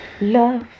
Love